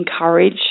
encourage